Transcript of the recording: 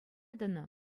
тӑнӑ